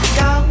go